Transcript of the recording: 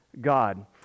God